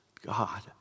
God